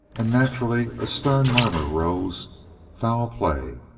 and naturally a stern murmur rose foul play!